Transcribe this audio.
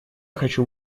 хочу